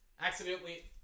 Accidentally